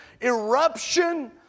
eruption